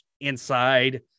inside